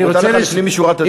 אני נותן לך לפנים משורת הדין,